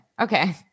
Okay